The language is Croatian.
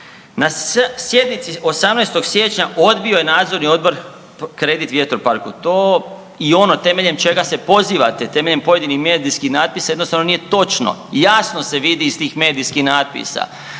Na sjednici 18. siječnja odbio je nadzorni odbor kredit vjetroparku, to i ono temeljem čega se pozivate, temeljem pojedinih medijskih natpisa jednostavno nije točno. Jasno se vidi iz tih medijskih natpisa